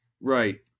Right